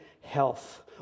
health